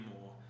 more